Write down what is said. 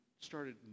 started